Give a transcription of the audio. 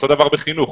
אותו דבר בחינוך.